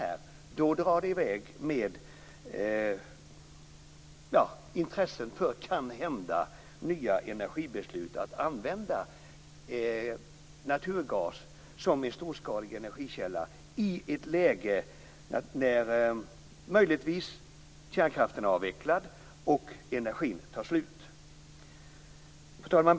Då drar det kanske i väg med intressen för nya energibeslut att använda naturgas som en storskalig energikälla i ett läge där möjligtvis kärnkraften är avvecklad och energin tar slut. Fru talman!